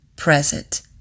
present